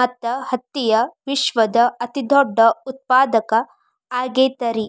ಮತ್ತ ಹತ್ತಿಯ ವಿಶ್ವದ ಅತಿದೊಡ್ಡ ಉತ್ಪಾದಕ ಆಗೈತರಿ